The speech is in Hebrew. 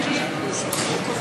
נגד,